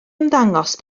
ymddangos